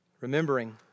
remembering